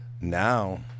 Now